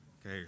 Okay